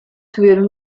tuvieron